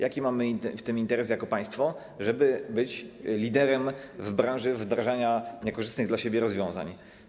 Jaki mamy w tym interes jako państwo, żeby być liderem w branży wdrażania niekorzystnych dla siebie rozwiązań?